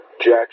Jack